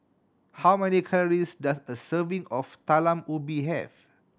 how many calories does a serving of Talam Ubi have